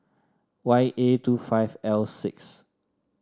Y A two five L six